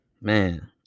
Man